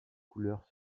couleurs